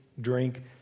drink